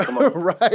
right